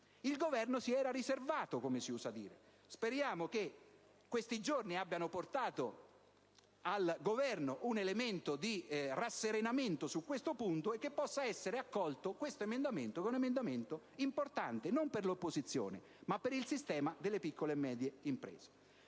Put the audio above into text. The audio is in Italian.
Il Governo si era «riservato», come si usa dire. Speriamo che questi giorni abbiano portato al Governo un elemento di rasserenamento su tale punto e che possa essere accolto questo che è un emendamento importante, non per l'opposizione ma per il sistema delle piccole e medie imprese.